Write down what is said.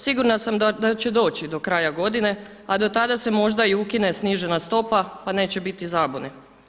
Sigurna sam da će doći do kraja godine, a do tada se možda i ukine snižena stopa, pa neće biti zabune.